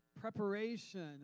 preparation